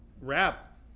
wrap